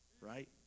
right